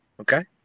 Okay